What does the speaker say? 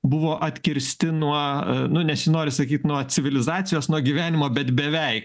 buvo atkirsti nuo nu nesinori sakyt nuo civilizacijos nuo gyvenimo bet beveik